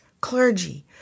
clergy